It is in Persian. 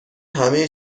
همه